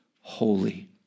holy